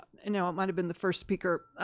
no, it might have been the first speaker,